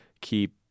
keep